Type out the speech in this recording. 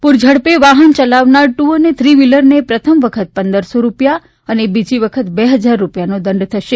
પૂરઝડપે વાહન યલાવનાર ટુ અને થ્રી વ્હીલરને પ્રથમ વખત પંદરસો રૂપિયા અને બીજી વખત બે હજાર રૂપિયાનો દંડ થશે